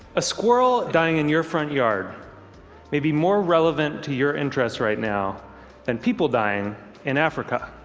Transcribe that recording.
a squirrel dying in your front yard may be more relevant to your interests right now than people dying in africa.